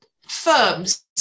firms